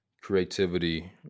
creativity